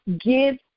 give